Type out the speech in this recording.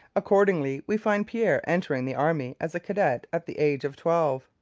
accordingly we find pierre entering the army as a cadet at the age of twelve.